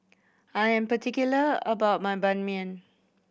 I'm particular about my Ban Mian